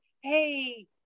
hey